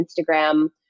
Instagram